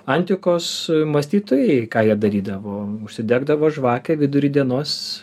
antikos mąstytojai ką jie darydavo užsidegdavo žvakę vidury dienos